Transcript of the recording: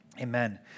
Amen